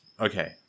okay